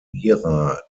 mira